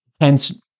hence